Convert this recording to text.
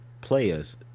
players